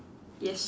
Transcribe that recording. yes